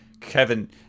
Kevin